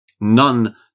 None